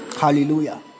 Hallelujah